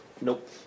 Nope